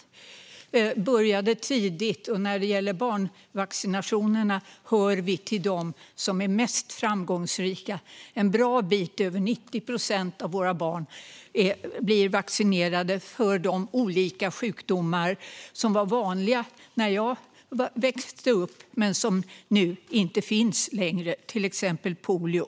Vi började tidigt, och när det gäller barnvaccinationerna hör vi till dem som är mest framgångsrika - en bra bit över 90 procent av våra barn blir vaccinerade mot de olika sjukdomar som var vanliga när jag växte upp men som nu inte finns längre, till exempel polio.